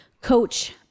coach